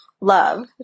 love